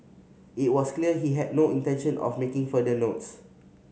it was clear he had no intention of making further notes